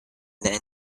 then